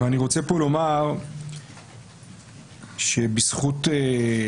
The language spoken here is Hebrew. אבל אני רוצה פה לומר שבזכות עקשנותה